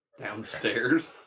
downstairs